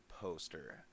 poster